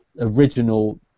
original